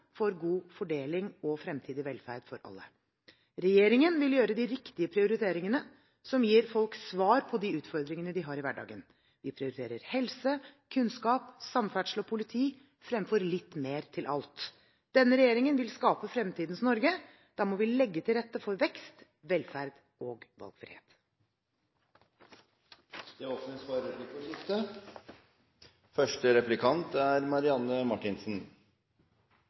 for god fordeling og fremtidig velferd for alle. Regjeringen vil gjøre de riktige prioriteringene som gir folk svar på de utfordringene de har i hverdagen. Vi prioriterer helse, kunnskap, samferdsel og politi fremfor litt mer til alt. Denne regjeringen vil skape fremtidens Norge. Da må vi legge til rette for vekst, velferd og valgfrihet. Det blir replikkordskifte. Denne opposisjonstilværelsen innebærer en omstilling for mange av oss, og en av dem er